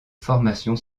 formation